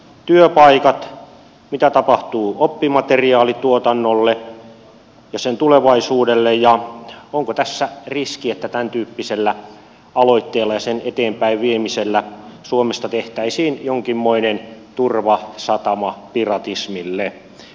työpaikat mitä tapahtuu oppimateriaalituotannolle ja sen tulevaisuudelle ja onko tässä riski että tämäntyyppisellä aloitteella ja sen eteenpäin viemisellä suomesta tehtäisiin jonkinmoinen turvasatama piratismille